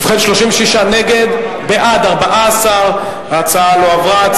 ובכן, 36 נגד, בעד, 14. ההצעה לא עברה.